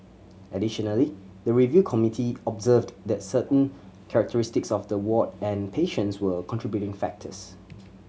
additionally the review committee observed that certain characteristics of the ward and patients were contributing factors